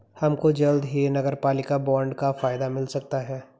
हमको जल्द ही नगरपालिका बॉन्ड का फायदा मिल सकता है